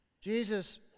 Jesus